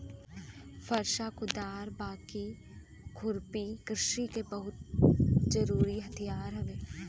फरसा, कुदार, बाकी, खुरपी कृषि के जरुरी हथियार हउवे